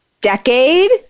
decade